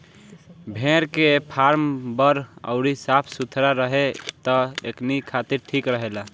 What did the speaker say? भेड़ के फार्म बड़ अउरी साफ सुथरा रहे त एकनी खातिर ठीक रहेला